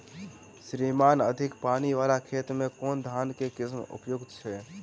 श्रीमान अधिक पानि वला खेत मे केँ धान केँ किसिम उपयुक्त छैय?